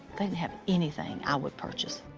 didn't have anything i would purchase.